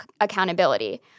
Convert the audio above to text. accountability